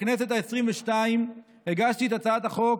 בכנסת העשרים-ושתיים הגשתי את הצעת חוק